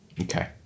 Okay